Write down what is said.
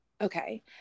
Okay